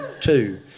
two